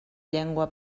llengua